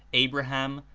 abraham,